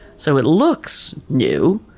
so it looks new,